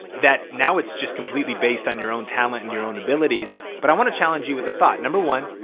that now it's just completely based on your own talent and your own abilities. but i wanna challenge you with a thought. number one,